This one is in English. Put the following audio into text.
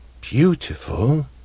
beautiful